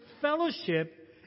fellowship